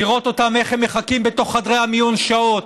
לראות אותם איך הם מחכים בתוך חדרי המיון שעות,